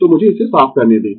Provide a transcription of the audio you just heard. तो मुझे इसे साफ करने दें